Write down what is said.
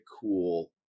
cool